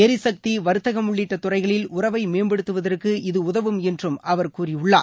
எரிசக்தி வர்த்தகம் உள்ளிட்ட துறைகளில் உறவை மேம்படுத்துவதற்கு இது உதவும் என்று அவர் கூறியுள்ளார்